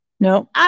No